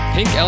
Pink